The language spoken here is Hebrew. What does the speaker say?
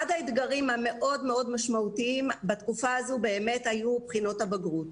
אחד האתגרים המאוד משמעותיים בתקופה הזו הוא בחינות הבגרות.